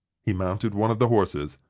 he mounted one of the horses,